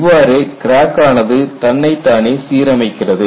இவ்வாறு கிராக் ஆனது தன்னைத்தானே சீரமைக்கிறது